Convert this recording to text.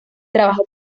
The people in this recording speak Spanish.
trabajó